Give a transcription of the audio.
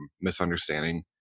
misunderstanding